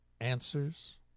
Answers